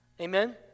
Amen